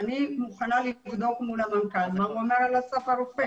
אני מוכנה לבדוק מול המנכ"ל מה הוא אומר על אסף הרופא.